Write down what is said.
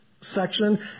section